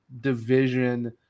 division